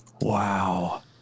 Wow